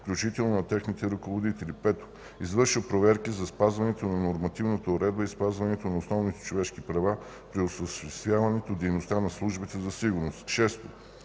включително на техните ръководители; 5. извършва проверки за спазването на нормативната уредба и спазването на основните човешки права при осъществяване дейността на службите за сигурност; 6.